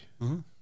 -hmm